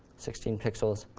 sixteen pixels.